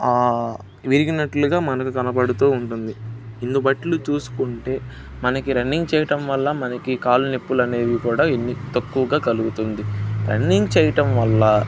విరిగినట్లుగా మనకు కనబడుతూ ఉంటుంది దీనిబట్టి చూసుకుంటే మనకి రన్నింగ్ చెయ్యడం వల్ల మనకి కాళ్ళ నొప్పులునేవి కూడా ఇన్ని తక్కువగా కలుగుతుంది రన్నింగ్ చెయ్యడం వల్ల